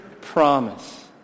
promise